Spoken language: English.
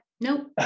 nope